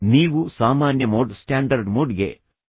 ನೀವು ಸಾಮಾನ್ಯ mode standard mode ಗೆ ಹೋಗಬಹುದು ಎಂದು ನಾನು ಸೂಚಿಸುತ್ತೇನೆ